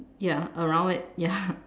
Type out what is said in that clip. ya around it ya